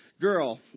Girl